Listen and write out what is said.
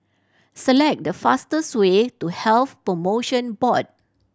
select the fastest way to Health Promotion Board